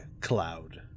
Cloud